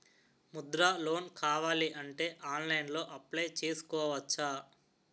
Mudra loan కావాలి అంటే ఆన్లైన్లో అప్లయ్ చేసుకోవచ్చా?